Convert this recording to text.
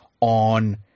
on